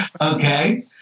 Okay